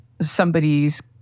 somebody's